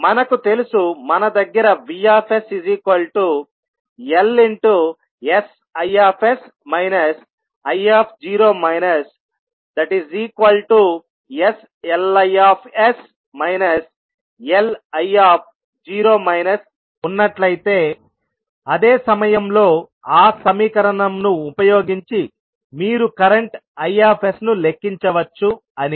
మనకు తెలుసు మన దగ్గర VsLsIs isLIs Li0 ఉన్నట్లయితే అదే సమయంలో ఆ సమీకరణం ను ఉపయోగించి మీరు కరెంట్ Is ను లెక్కించవచ్చు అని